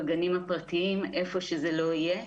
בגנים הפרטיים ואיפה שזה לא יהיה.